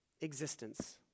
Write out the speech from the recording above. existence